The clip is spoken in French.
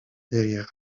derrière